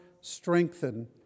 strengthen